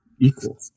equal